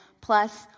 plus